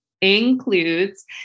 includes